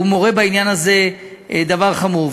הוא מורה בעניין הזה דבר חמור.